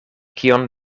kion